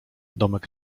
domek